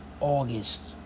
August